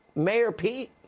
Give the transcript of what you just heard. mayor pete?